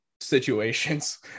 situations